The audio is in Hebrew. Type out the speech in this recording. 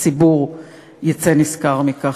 הציבור יצא נשכר מכך.